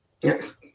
Yes